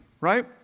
right